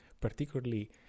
particularly